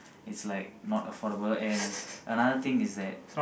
is like not affordable and another thing is that